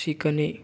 शिकणे